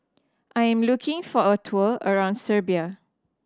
I'm looking for a tour around Serbia